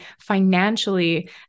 financially